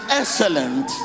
excellent